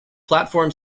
platform